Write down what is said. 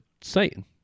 Satan